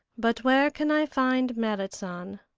but where can i find merrit san?